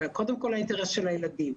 וקודם כל האינטרס של הילדים,